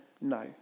no